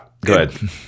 Good